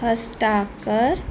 ਹਸਤਾਖਰ